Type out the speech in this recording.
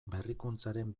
berrikuntzaren